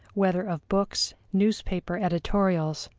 whether of books, newspaper editorials,